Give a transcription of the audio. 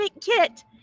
kit